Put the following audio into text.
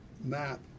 map